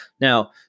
now